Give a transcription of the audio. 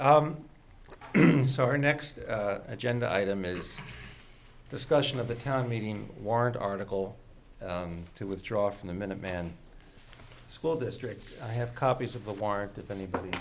use our next agenda item is discussion of the town meeting warrant article to withdraw from the minuteman school district i have copies of the warrant if anybody